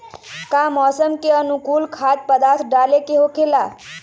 का मौसम के अनुकूल खाद्य पदार्थ डाले के होखेला?